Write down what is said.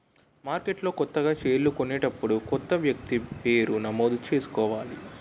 మార్కెట్లో కొత్తగా షేర్లు కొనేటప్పుడు కొత్త వ్యక్తి పేరు నమోదు చేసుకోవాలి